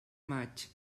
maig